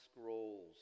scrolls